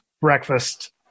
breakfast